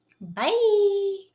bye